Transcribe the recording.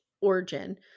origin